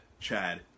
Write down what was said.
Chad